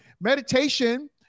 meditation